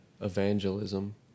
evangelism